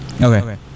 Okay